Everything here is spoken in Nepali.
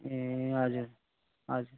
ए हजुर हजुर